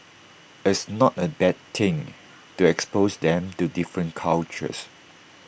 it's not A bad thing to expose them to different cultures